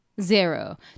Zero